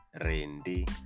Randy